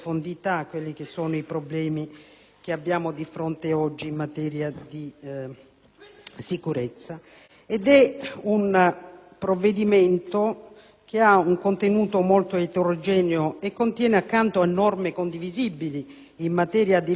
che abbiamo di fronte oggi in materia di sicurezza. È un provvedimento che ha un contenuto molto eterogeneo e contiene, accanto a norme condivisibili in materia di lotta alla criminalità organizzata